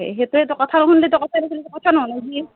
সেইটোৱেতো কথাই নুশুনে সি